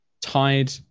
tied